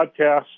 podcast